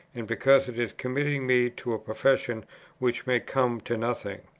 and because it is committing me to a profession which may come to nothing.